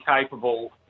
capable